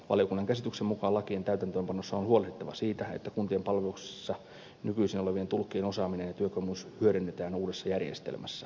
valiokunnan käsityksen mukaan lakien täytäntöönpanossa on huolehdittava siitä että kuntien palveluksessa nykyisin olevien tulkkien osaaminen ja työkokemus hyödynnetään uudessa järjestelmässä